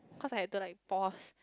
cause I have to like pause